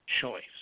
choice